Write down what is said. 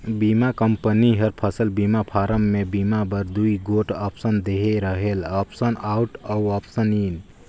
बीमा कंपनी हर फसल बीमा फारम में बीमा बर दूई गोट आप्सन देहे रहेल आप्सन आउट अउ आप्सन इन